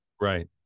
Right